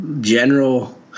General